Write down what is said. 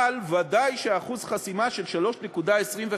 אבל ודאי שאחוז חסימה של 3.25%,